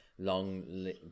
long